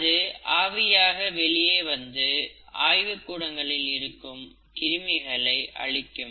இது ஆவியாக வெளியே வந்து ஆய்வுக் கூடங்களில் இருக்கும் கிருமிகளை அழிக்கும்